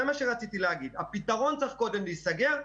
זה מה שרציתי להגיד: הפתרון צריך להיסגר קודם,